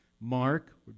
Mark